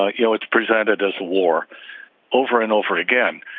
ah you know it's presented as a war over and over again.